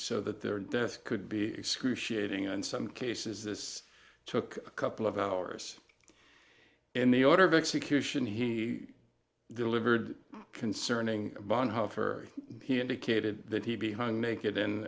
so that their deaths could be excruciating and some cases this took a couple of hours and the order of execution he delivered concerning bonhoeffer he indicated that he behind make it and